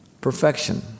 Perfection